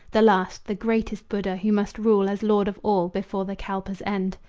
the last, the greatest buddha, who must rule as lord of all before the kalpa's end.